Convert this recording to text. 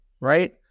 right